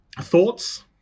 Thoughts